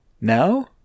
Now